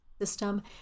system